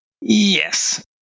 Yes